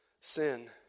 sin